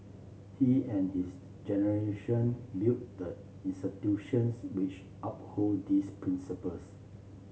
he and his generation built the which uphold these principles